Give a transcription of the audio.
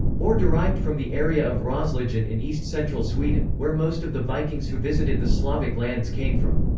or derived from the area of roslagen in east-central sweden, where most of the vikings who visited the slavic lands came from.